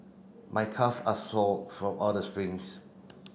my calve are sore from all the sprints